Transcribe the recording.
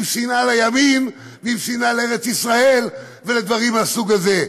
שנאה לימין ועם שנאה לארץ ישראל ולדברים מהסוג הזה.